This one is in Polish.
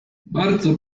bardzo